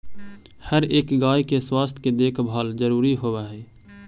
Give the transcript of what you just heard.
हर एक गाय के स्वास्थ्य के देखभाल जरूरी होब हई